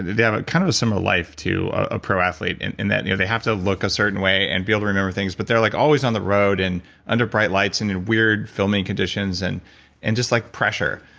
they have a kind of similar life to a pro athlete in in that you know they have to look a certain way and be able to remember things but they're like always on the road in under bright lights and in weird filming conditions and and just like pressure.